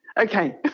Okay